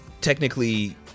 technically